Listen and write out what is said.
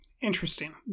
interesting